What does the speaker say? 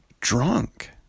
drunk